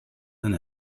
than